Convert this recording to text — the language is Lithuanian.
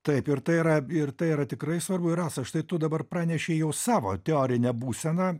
taip ir tai yra ir tai yra tikrai svarbu ir rasa štai tu dabar pranešei jau savo teorinę būseną